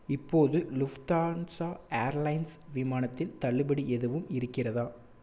இப்போது Lufthansa airlines விமானத்தில் தள்ளுபடி எதுவும் இருக்கிறதா